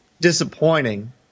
disappointing